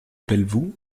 pelvoux